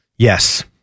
Yes